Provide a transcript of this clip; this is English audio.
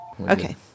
Okay